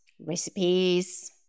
recipes